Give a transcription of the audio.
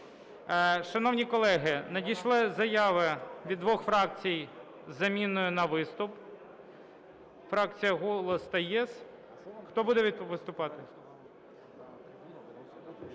Шановні колеги, надійшли заяви від двох фракцій із заміною на виступ, фракції "Голос" та ЄС. Хто буде виступати?